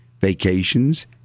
vacations